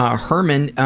ah herman,